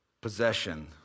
possession